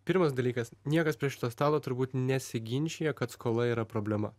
pirmas dalykas niekas prie šito stalo turbūt nesiginčija kad skola yra problema